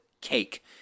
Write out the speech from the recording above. cake